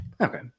Okay